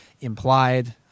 implied